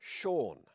Sean